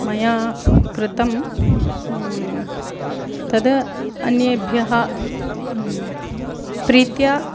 मया कृतं तद् अन्येभ्यः प्रीत्या